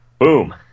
Boom